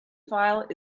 file